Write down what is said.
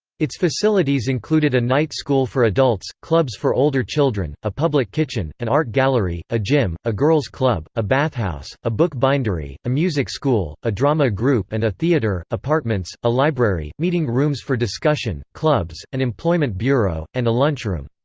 its facilities included a night school for adults, clubs for older children, a public kitchen, an art gallery, a gym, a girls' club, a bathhouse, a book bindery, a music school, a drama group and a theater, apartments, a library, meeting rooms for discussion, clubs, an employment bureau, and a lunchroom.